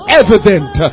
evident